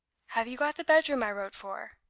have you got the bedroom i wrote for?